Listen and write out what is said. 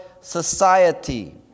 society